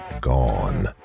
gone